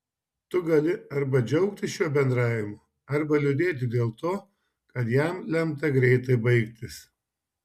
tu gali arba džiaugtis šiuo bendravimu arba liūdėti dėl to kad jam lemta greitai baigtis